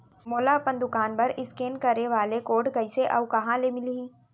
मोला अपन दुकान बर इसकेन करे वाले कोड कइसे अऊ कहाँ ले मिलही?